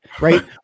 right